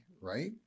right